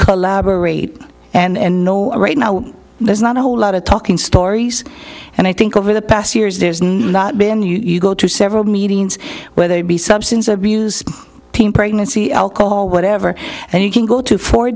collaborate and know right now there's not a whole lot of talking stories and i think over the past years there's not been you go to several meetings whether it be substance abuse teen pregnancy alcohol whatever and you can go to four